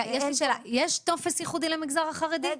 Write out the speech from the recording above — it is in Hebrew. יש טופס ייחודי למגזר החרדי?